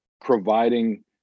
providing